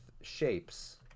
shapes